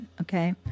Okay